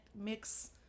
mix